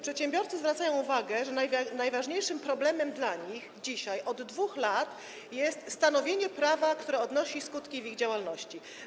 Przedsiębiorcy zwracają uwagę, że najważniejszym problemem dla nich od 2 lat jest stanowienie prawa, które odnosi skutki w ich działalności.